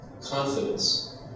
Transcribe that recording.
confidence